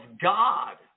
God